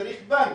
צריך בנק.